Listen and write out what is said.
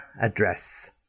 address